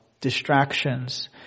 distractions